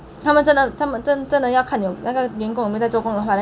他们真的他们真真的要看那个员工有没有在做工的话 then